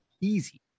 easy